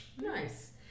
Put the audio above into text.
Nice